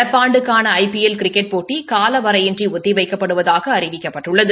நடப்பு ஆண்டுக்கான I P L cricket போட்டி காலவரையின்றி ஒத்தி வைக்கப்படுவதாக அறிவிக்கப்பட்டுள்ளது